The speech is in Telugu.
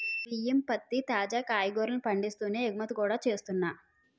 బియ్యం, పత్తి, తాజా కాయగూరల్ని పండిస్తూనే ఎగుమతి కూడా చేస్తున్నా